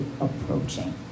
approaching